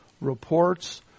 reports